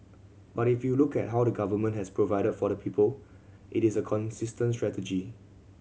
but if you look at how the Government has provided for the people it is a consistent strategy